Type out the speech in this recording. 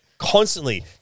constantly